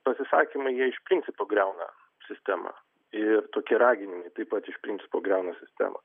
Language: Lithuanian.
pasisakymai jie iš principo griauna sistemą ir tokie raginimai taip pat iš principo griauna sistemą